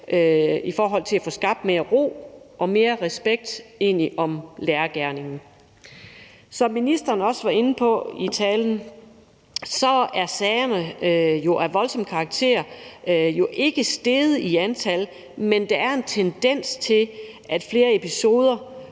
i forhold til at få skabt mere ro og mere respekt om lærergerningen. Som ministeren også var inde på i talen, er antallet af sager, der er af voldsom karakter, jo ikke steget, men der er en tendens til flere episoder,